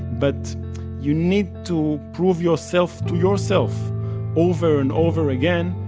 but you need to prove yourself to yourself over and over again.